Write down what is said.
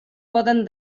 poden